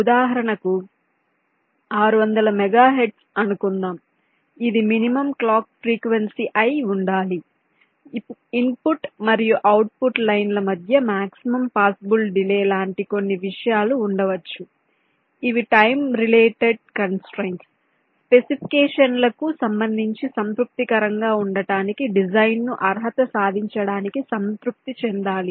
ఉదాహరణకు 600 మెగాహెర్ట్జ్ అనుకుందాం ఇది మినిమం క్లాక్ ఫ్రీక్వెన్సీ అయి ఉండాలి ఇన్పుట్ మరియు అవుట్పుట్ లైన్ల మధ్య మాక్సిమం పాసిబుల్ డిలే లాంటి కొన్ని విషయాలు ఉండవచ్చు ఇవి టైం రిలేటెడ్ కంస్ట్రయిన్స్ స్పెసిఫికేషన్లకు సంబంధించి సంతృప్తికరంగా ఉండటానికి డిజైన్ను అర్హత సాధించడానికి సంతృప్తి చెందాలి